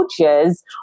coaches